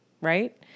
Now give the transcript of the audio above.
Right